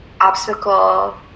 obstacle